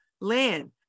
land